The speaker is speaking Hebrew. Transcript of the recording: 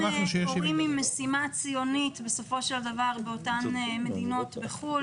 מדובר בהורים עם משימה ציונית בסופו של דבר באותן מדינות בחו"ל,